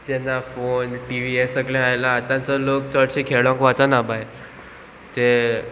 जेन्ना phone T V हे सगळें आयला आतांचो लोक चडशे खेळोन वचना भायर ते